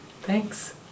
Thanks